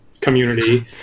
community